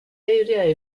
eiriau